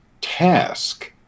task